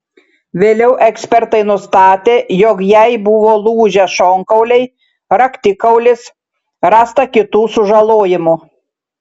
vėliau ekspertai nustatė jog jai buvo lūžę šonkauliai raktikaulis rasta kitų sužalojimų